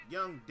Young